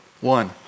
One